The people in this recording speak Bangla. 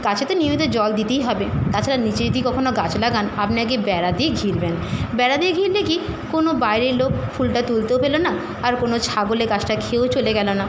তার সাথে নিয়মিত জল দিতেই হবে তাছাড়া নিচে যদি কখনও গাছ লাগান আপনি আগে বেড়া দিয়ে ঘিরবেন বেড়া দিয়ে ঘিরলে কী কোনো বাইরের লোক ফুলটা তুলতেও পেল না আর কোনো ছাগলে গাছটা খেয়েও চলে গেল না